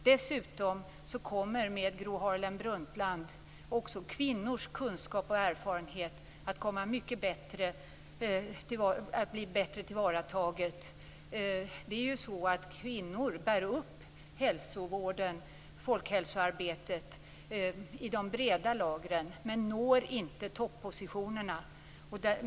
Dessutom kommer med Gro Harlem Brundtland också kvinnors kunskap och erfarenhet att tas till vara bättre. Kvinnor bär ju upp hälsovården och folkhälsoarbetet i de breda lagren, men de når inte toppositionerna.